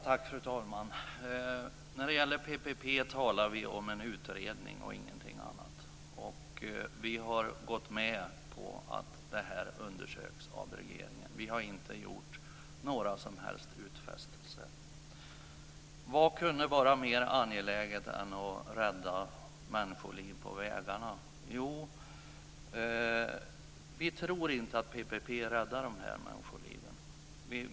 Fru talman! När det gäller PPP talar vi om en utredning och ingenting annat. Vi har gått med på att detta undersöks av regeringen. Vi har inte gjort några som helst utfästelser. Vad kunde vara mer angeläget än att rädda människoliv på vägarna? Vi tror inte att PPP räddar dessa människoliv.